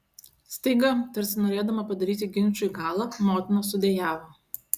staiga tarsi norėdama padaryti ginčui galą motina sudejavo